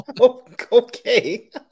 Okay